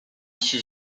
fut